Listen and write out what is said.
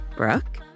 Brooke